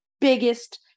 biggest